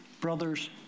brother's